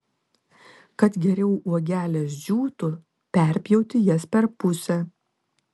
kad geriau uogelės džiūtų perpjauti jas per pusę